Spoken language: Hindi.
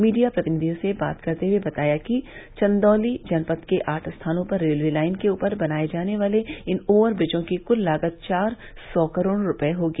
मीडिया प्रतिनिधियों से बात करते हुए बताया कि चंदौली जनपद के आठ स्थानों पर रेलवे लाइन के ऊपर बनाये जाने वाले इन ओवर ब्रिजो की कुल लागत चार सौ करोड़ रुपये होगी